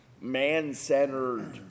man-centered